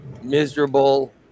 Miserable